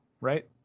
right